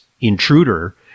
intruder